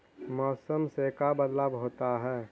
मौसम से का बदलाव होता है?